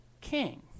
king